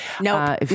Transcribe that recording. No